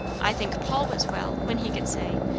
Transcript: i think paul was well when he could say,